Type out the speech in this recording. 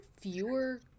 fewer